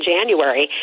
January